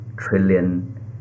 trillion